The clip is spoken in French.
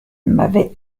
m’avait